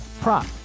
prop